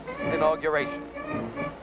inauguration